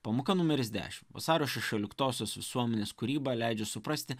pamoka numeris dešim vasario šešioliktosios visuomenės kūryba leidžia suprasti